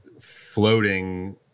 floating